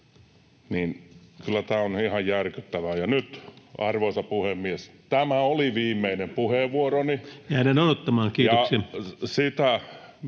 kyllä tämä on ihan järkyttävää. Ja nyt, arvoisa puhemies, tämä oli viimeinen puheenvuoroni. [Puhemies: Jäädään odottamaan, kiitoksia!]